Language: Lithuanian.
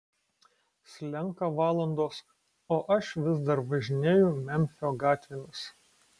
slenka valandos o aš vis dar važinėju memfio gatvėmis